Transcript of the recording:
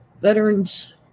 Veterans